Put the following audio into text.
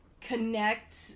connect